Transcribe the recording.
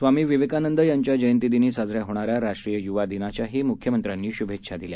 स्वामी विवेकानंद यांच्या जयंतीदिनी साजन्या होणाऱ्या राष्ट्रीय युवा दिनाच्याही मुख्यमंत्र्यांनी शुभेच्छा दिल्या